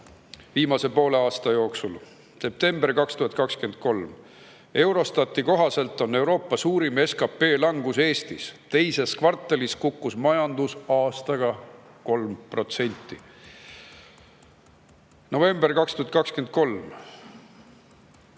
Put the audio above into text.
viimase poole aasta uudiste pealkirjad. September 2023: "Eurostati kohaselt on Euroopa suurim SKP langus Eestis – teises kvartalis kukkus majandus aastaga 3 protsenti". November 2023: